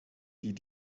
die